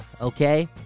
okay